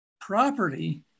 property